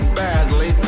badly